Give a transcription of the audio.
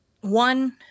one